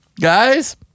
Guys